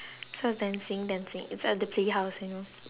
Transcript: so I was dancing dancing inside the play house you know